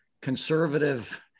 conservative